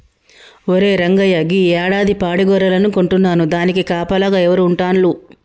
ఒరే రంగయ్య గీ యాడాది పాడి గొర్రెలను కొంటున్నాను దానికి కాపలాగా ఎవరు ఉంటాల్లు